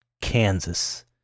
Kansas